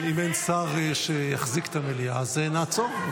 אם אין שר שיחזיק את המליאה, אז נעצור.